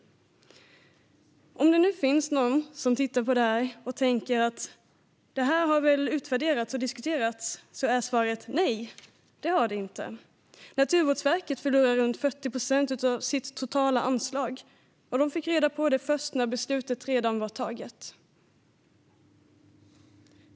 Det finns kanske någon som sitter och tittar och tänker: Det här har väl utvärderats och diskuterats? Då vill jag säga att svaret är: Nej, det har det inte. Naturvårdsverket förlorar omkring 40 procent av sitt totala anslag, och man fick reda på det först när beslutet redan var taget.